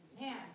man